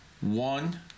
one